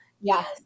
yes